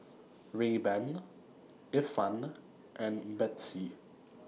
Rayban Ifan and Betsy